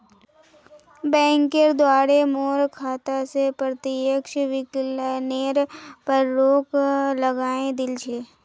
बैंकेर द्वारे मोर खाता स प्रत्यक्ष विकलनेर पर रोक लगइ दिल छ